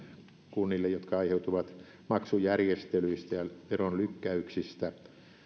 kunnille jotka aiheutuvat maksujärjestelyistä ja veronlykkäyksistä